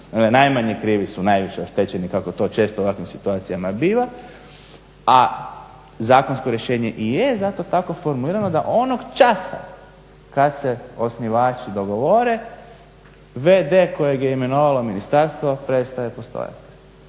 Najmanje krivi su najviše oštećeni kako to često u ovakvim situacijama biva, a zakonsko rješenje i je zato tako formulirano da onog časa kad se osnivači dogovore v.d. kojeg je imenovalo ministarstvo prestaje postojati